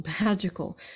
magical